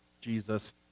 Jesus